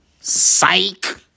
Psych